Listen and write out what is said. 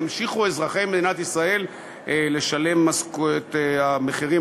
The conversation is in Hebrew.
ימשיכו אזרחי מדינת ישראל לשלם את המחירים